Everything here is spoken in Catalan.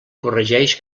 corregeix